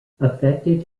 affected